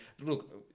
Look